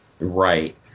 Right